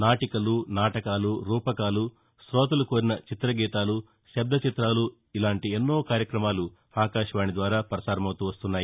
నాటికలు నాటకాలు రూపకాలు తోతలు కోరిన చిత్రగీతాలు శబ్దచితాలు ఇలాంటి ఎన్నో కార్యక్రమాలు ఆకాశవాణి ద్వారా ప్రసారమతూ వస్తున్నాయి